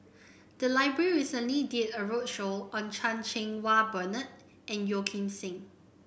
the library recently did a roadshow on Chan Cheng Wah Bernard and Yeo Kim Seng